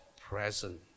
present